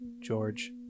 George